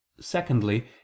secondly